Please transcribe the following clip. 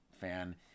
fan